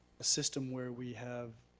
a system where we have,